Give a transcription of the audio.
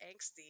angsty